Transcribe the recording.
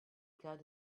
cas